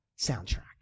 soundtrack